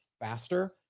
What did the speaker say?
faster